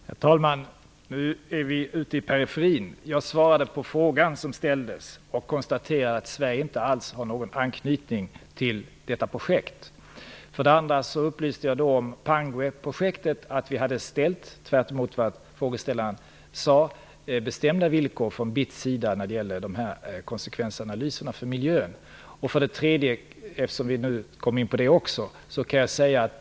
Herr talman! Nu är vi ute i periferin. För det första svarade jag på den fråga som ställdes, och jag konstaterade att Sverige inte alls har någon anknytning till detta projekt. För det andra upplyste jag om att man från BITS sida hade ställt bestämda villkor när det gällde konsekvenserna för miljön i Pangueprojektet - tvärtemot vad frågeställaren sade.